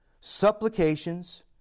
supplications